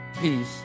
peace